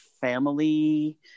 family